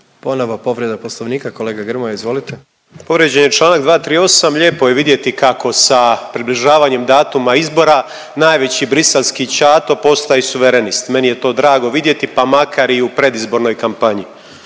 Ponovo povreda poslovnika, kolega Grmoja izvolite. **Grmoja, Nikola (MOST)** Povrijeđen je čl. 238., lijepo je vidjeti kako sa približavanjem datuma izbora najveći briselski ćato postaje suverenist, meni je to drago vidjeti, pa makar i u predizbornoj kampanji.